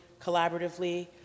collaboratively